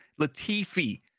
Latifi